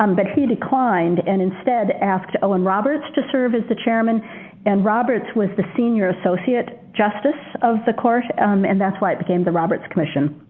um but he declined and instead asked owen roberts to serve as the chairman and roberts was the senior associate justice of the courts um and that's why it became the roberts commission.